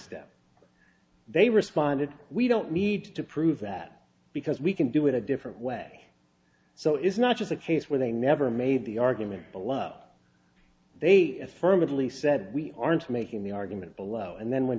instead they responded we don't need to prove that because we can do it a different way so it's not just a case where they never made the argument below they affirmed lee said we aren't making the argument below and then when